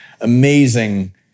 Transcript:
amazing